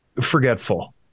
forgetful